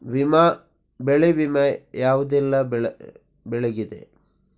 ಬೆಳೆ ವಿಮೆ ಯಾವುದೆಲ್ಲ ಬೆಳೆಗಿದೆ?